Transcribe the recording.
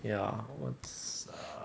ya 我